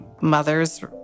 mother's